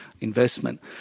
investment